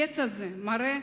קטע זה מראה